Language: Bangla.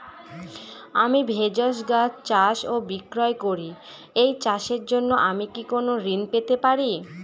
আমি ভেষজ গাছ চাষ ও বিক্রয় করি এই চাষের জন্য আমি কি কোন ঋণ পেতে পারি?